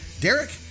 Derek